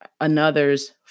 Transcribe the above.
another's